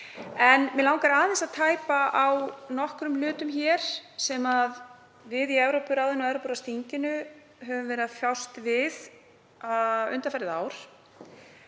En mig langar aðeins að tæpa á nokkrum hlutum hér sem við í Evrópuráðinu og Evrópuráðsþinginu höfum verið að fást við undanfarið ár